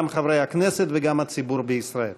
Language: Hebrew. גם חברי הכנסת וגם הציבור בישראל.